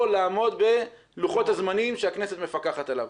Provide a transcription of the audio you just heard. לעמוד בלוחות הזמנים שהכנסת מפקחת עליו.